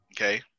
Okay